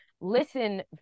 Listen